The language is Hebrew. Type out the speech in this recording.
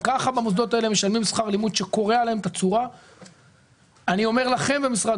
השם כאשר נגיע תהיה לי מילה טובה לומר למשה ולמשרד